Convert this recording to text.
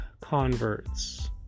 converts